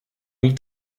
liegt